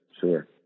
sure